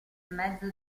mezzo